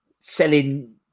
selling